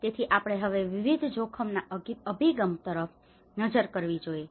તેથી આપણે હવે વિવિધ જોખમના અભિગમ તરફ પણ નજર કરવી જોઈએ